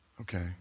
okay